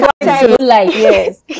yes